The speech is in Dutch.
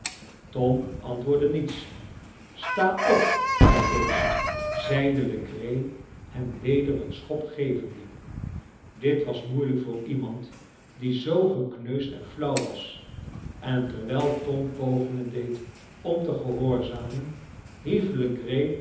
tom antwoordde niets sta op gij beest zeide legree hem weder een schop gevende dit was moeielijk voor iemand die zoo gekneusd en flauw was en terwijl tom pogingen deed om te gehoorzamen